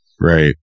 Right